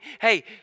hey